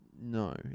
No